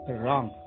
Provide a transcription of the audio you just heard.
wrong